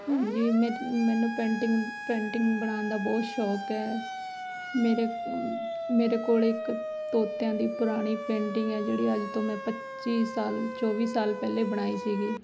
ਹਾਂਜੀ ਮੈਂ ਮੈਨੂੰ ਪੇਂਟਿੰਗ ਪੇਂਟਿੰਗ ਬਣਾਉਣ ਦਾ ਬਹੁਤ ਸ਼ੌਕ ਹੈ ਮੇਰੇ ਮੇਰੇ ਕੋਲ ਇੱਕ ਤੋਤਿਆਂ ਦੀ ਪੁਰਾਣੀ ਪੇਂਟਿੰਗ ਹੈ ਜਿਹੜੀ ਅੱਜ ਤੋਂ ਮੈਂ ਪੱਚੀ ਸਾਲ ਚੌਵੀ ਸਾਲ ਪਹਿਲੇ ਬਣਾਈ ਸੀਗੀ